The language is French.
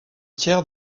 tiers